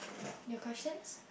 your questions